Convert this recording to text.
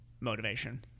motivation